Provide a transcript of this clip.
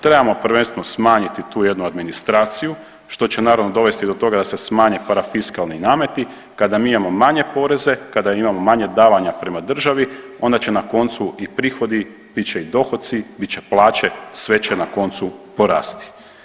Trebamo prvenstveno smanjiti tu jednu administraciju, što će naravno, dovesti do toga da se smanje parafiskalni nameti, kada mi imamo manje poreze, kada imamo manje davanja prema državi, onda će na koncu i prihodi, bit će i dohoci, bit će i plaće, sve će na koncu, porasti.